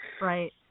Right